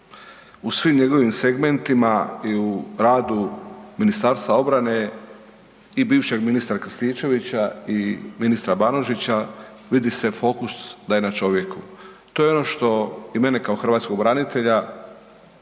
U svim njegovim segmentima i u radu Ministarstva obrane i bivšeg ministra Krstičevića i ministra Banožića vidi se fokus da je na čovjeku. To je ono što i mene kao hrvatskog branitelja,